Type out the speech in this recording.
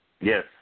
Yes